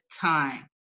time